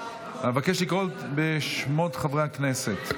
אבקש לקרוא בשמות חברי הכנסת.